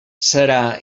serà